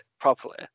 properly